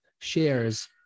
shares